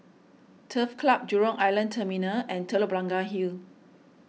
Turf Club Jurong Island Terminal and Telok Blangah Hill